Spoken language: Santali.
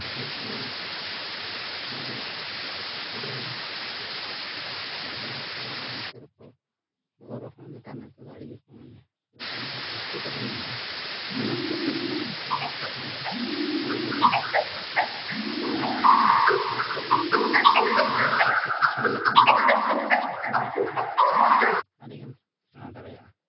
ᱡᱟᱦᱟᱸᱞᱮᱠᱟ ᱱᱚᱣᱟ ᱥᱮᱪᱮᱫ ᱟᱵᱚᱣᱟᱜ ᱟᱭᱳ ᱟᱲᱟᱝᱛᱮ ᱨᱚᱯᱚᱲ ᱱᱮᱛᱟᱨ ᱫᱚ ᱟᱹᱰᱤ ᱜᱮᱠᱚ ᱢᱚᱱᱮᱭᱟ ᱞᱮᱠᱤᱱ ᱡᱟᱦᱟᱸ ᱯᱟᱹᱨᱥᱤ ᱛᱟᱵᱚᱱ ᱢᱮᱱᱟᱜᱼᱟ ᱚᱱᱟ ᱦᱤᱥᱟᱹᱵᱽᱛᱮ ᱟᱹᱰᱤᱜᱮᱢ ᱥᱮᱬᱟ ᱫᱟᱲᱮᱭᱟᱜᱼᱟ